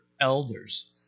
elders